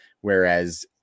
Whereas